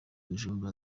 bujumbura